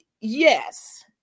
yes